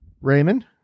Raymond